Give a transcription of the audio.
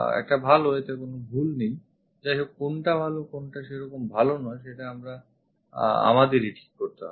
একটা ভালো এতে কোন ভুল নেই যাইহোক কোনটা ভালো কোনটা সেরকম ভালো নয় সেটা আমাদের ঠিক করতে হবে